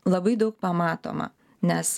labai daug pamatoma nes